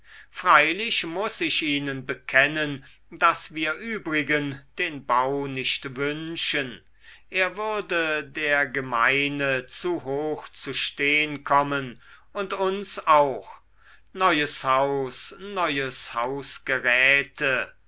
freilich muß ich ihnen bekennen daß wir übrigen den bau nicht wünschen er würde der gemeine zu hoch zu stehn kommen und uns auch neues haus neues